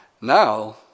Now